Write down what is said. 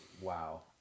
Wow